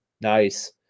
nice